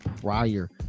prior